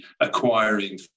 acquiring